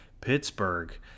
Pittsburgh –